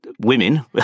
women